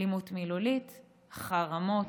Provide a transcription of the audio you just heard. אלימות מילולית, חרמות,